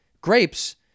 grapes